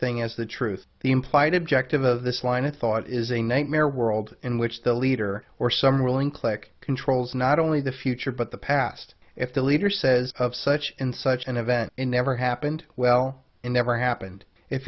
thing as the truth the implied objective of this line of thought is a nightmare world in which the leader or some ruling click controls not only the future but the past if the leader says of such and such an event in never happened well and never happened if